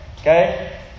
okay